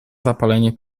zapalenie